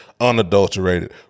unadulterated